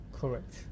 Correct